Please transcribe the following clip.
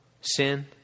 sin